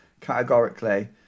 categorically